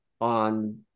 on